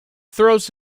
throws